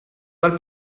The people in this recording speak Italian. dal